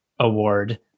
Award